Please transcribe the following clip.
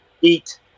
eat